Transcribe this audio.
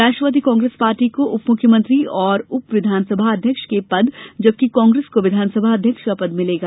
राष्ट्रवादी Congress party को उपमुख्यमंत्री और उप विधानसभाध्यक्ष के पद जबकि कांग्रेस को विधानसभा अध्यक्ष का पद मिलेगा